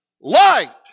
light